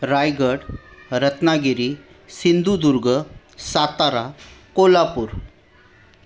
Raigad Ratnagiri Sindhudurg Satara Kolhapur